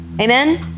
Amen